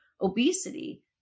obesity